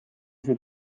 see